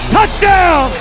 Touchdown